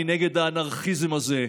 אני נגד האנרכיזם הזה.